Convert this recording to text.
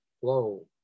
flow